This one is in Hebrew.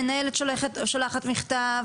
המנהלת שולחת מכתב,